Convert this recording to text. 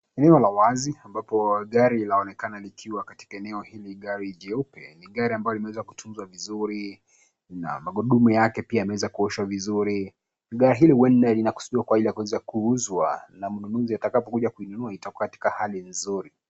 Eneo la wazi ambapo gari linaonekana likiwa katika eneo hili gari jeupe ni gari ambalo limeweza kutunzwa vizuri na magurudumu yake pia yameweza kuoshwaa vizuri, gari hili huenda linakusudiwa kwa ili ya kuenda kuuzwa na mnunuzi akitaka kuja kulinunua litakuwa katika hali nzuri.